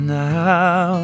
now